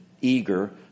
eager